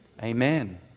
amen